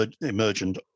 emergent